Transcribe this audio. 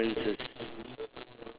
differences